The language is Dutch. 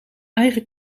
eigen